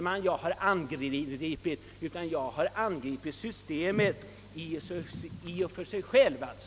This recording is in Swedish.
Vad jag har angripit är inte någon enskild tjänsteman, utan systemet som sådant.